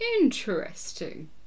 interesting